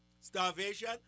Starvation